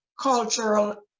cultural